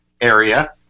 area